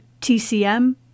TCM